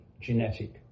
genetic